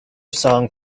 song